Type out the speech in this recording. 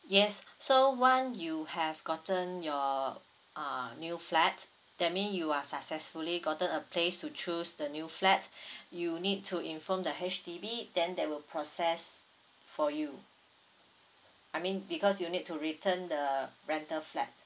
yes so once you have gotten your uh new flats that mean you are successfully gotten a place to choose the new flat you need to inform the H_D_B then they will process for you I mean because you need to return the rental flat